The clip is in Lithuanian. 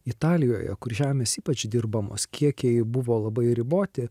italijoje kur žemės ypač įdirbamos kiekiai buvo labai riboti